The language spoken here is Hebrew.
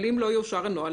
אבל אם לא יאושר הנוהל,